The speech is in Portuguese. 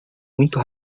muito